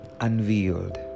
unveiled